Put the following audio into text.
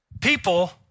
people